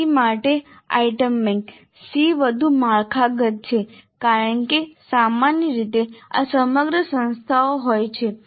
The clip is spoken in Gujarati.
SEE માટે આઇટમ બેંક SEE વધુ માળખાગત છે કારણ કે સામાન્ય રીતે આ સમગ્ર સંસ્થાઓમાં હોય છે